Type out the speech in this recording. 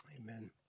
Amen